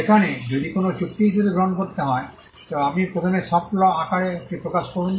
যেখানে যদি কোনও চুক্তি হিসাবে গ্রহণ করতে হয় তবে আপনি প্রথমে সফট ল আকারে এটি প্রকাশ করুন